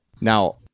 Now